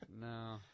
No